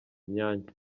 mwanya